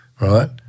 right